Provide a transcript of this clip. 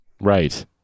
right